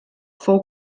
fou